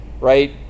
right